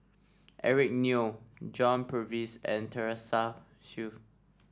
Eric Neo John Purvis and Teresa Hsu